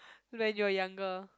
when you are younger